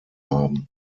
haben